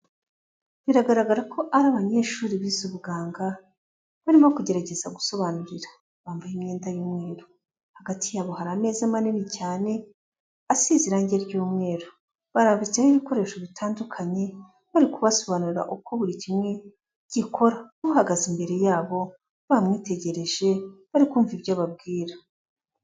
Biragaragara ko ari abanyeshuri bize ubuganga barimo kugerageza gusobanurira, bambaye imyenda y'umweru, hagati yabo hari ameza manini cyane asize irange ry'umweru, barambitseho ibikoresho bitandukanye, bari kubasobanurira uko buri kimwe gikora, uhagaze imbere yabo bamwitegereje bari kumva ibyo ababwira.